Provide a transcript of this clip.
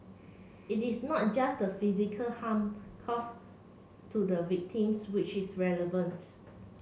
it is not just the physical harm caused to the victims which is relevant